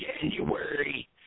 January